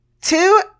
Two